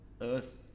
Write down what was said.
Earth